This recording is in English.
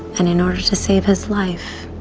and in order to save his life,